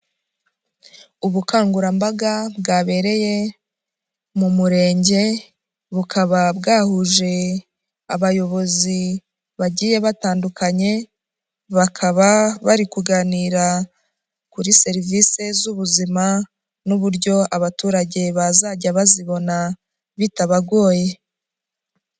Ubukangurambaga bwabereye mu murenge bukaba bwahuje abayobozi bagiye batandukanye, bakaba bari kuganira kuri serivisi z'ubuzima n'uburyo abaturage bazajya bazibona bitabagoye.